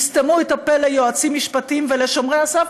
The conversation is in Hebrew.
יסתמו את הפה ליועצים משפטיים ולשומרי הסף,